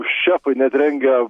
šefai net rengia